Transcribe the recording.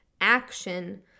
action